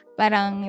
parang